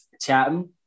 chatting